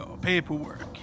paperwork